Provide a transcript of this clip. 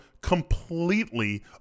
completely